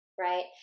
right